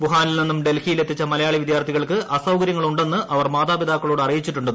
വുഹാനിൽ നിന്നും ഡൽഹിയിൽ എത്തിച്ച മലയാളി വിദ്യാർത്ഥികൾക്ക് അസൌകര്യങ്ങളുണ്ടെന്ന് അവർ മാതാപിതാക്കളെ അറിയിച്ചിട്ടുണ്ട്